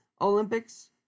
Olympics